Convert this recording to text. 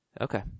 Okay